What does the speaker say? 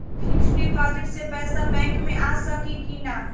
Fix deposit से पैसा bank मे आ सकी कि ना?